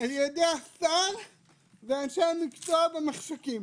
על ידי השר ואנשי המקצוע במחשכים.